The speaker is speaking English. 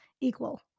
equal